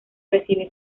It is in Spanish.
recibe